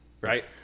right